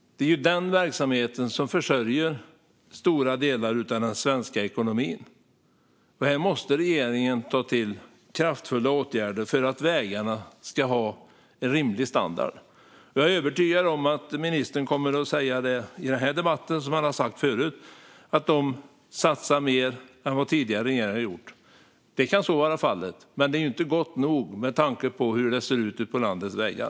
Det är ju den verksamheten som försörjer stora delar av den svenska ekonomin. Regeringen måste ta till kraftfulla åtgärder för att vägarna ska ha en rimlig standard. Jag är övertygad om att ministern i den här debatten kommer att säga som han har sagt förut, nämligen att regeringen satsar mer än vad tidigare regeringar har gjort. Så kan vara fallet, men det är inte gott nog med tanke på hur det ser ut ute på landets vägar.